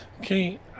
okay